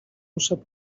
muszę